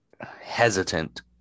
hesitant